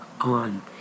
on